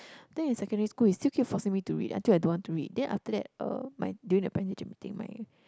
then in secondary school he still keep forcing me to read until I don't want to read then after that uh my during the parent teacher meeting my